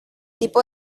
tipo